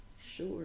Sure